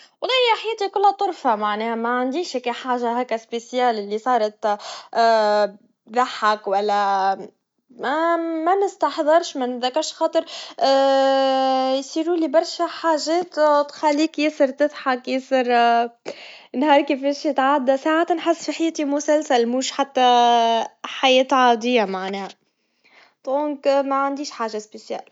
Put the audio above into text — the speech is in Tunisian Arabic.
أكثر شيء طريف حدث لي كان في حفلة عيد ميلاد. حاولت أرقص، لكنني تعثرت وسقطت على الأرض. الكل ضحك، وأنا ضحكت معاه. بعد شوية، قررت أواصل الرقص، وصرت أعمل حركات غريبة. في النهاية، كانت واحدة من أفضل اللحظات في الحفلة، وضحكنا عليها برشة.